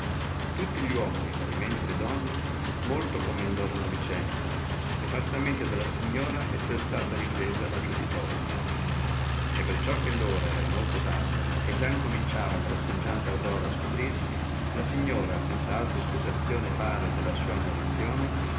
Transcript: tutti gli uomini e parimente le donne molto commendorono vicenza e falsamente dalla signora esser stata ripresa la giudicorono e perciò che ora era molto tarda e già incominciava la rosseggiante aurora scoprirsi la signora senza altra iscusazione fare della sua ammonizione